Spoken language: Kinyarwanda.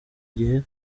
gihe